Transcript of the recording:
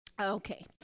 Okay